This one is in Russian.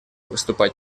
выступать